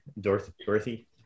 dorothy